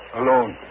alone